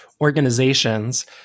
organizations